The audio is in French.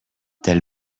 tel